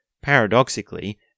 Paradoxically